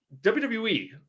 WWE